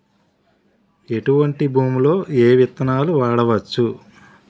ఎటువంటి భూమిలో ఏ విత్తనాలు వాడవచ్చు?